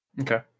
Okay